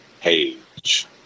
page